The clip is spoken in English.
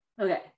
Okay